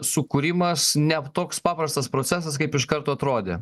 sukūrimas ne toks paprastas procesas kaip iš karto atrodė